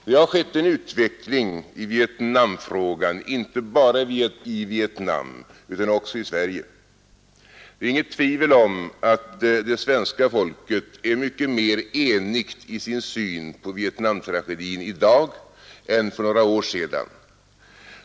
Det har skett en utveckling i Vietnamfrågan inte bara i Vietnam utan också i Sverige. Det är inget tvivel om att svenska folket i dag är mycket mera enigt i sin syn på Vietnamtragedin än för några år sedan.